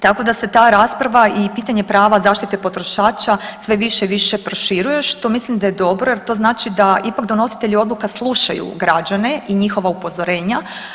Tako da se ta rasprava i pitanje prava zaštite potrošača sve više i više proširuje što mislim da je dobro, jer to znači da ipak donositelji odluka slušaju građane i njihova upozorenja.